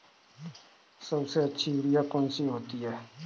सबसे अच्छी यूरिया कौन सी होती है?